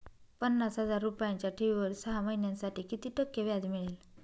पन्नास हजार रुपयांच्या ठेवीवर सहा महिन्यांसाठी किती टक्के व्याज मिळेल?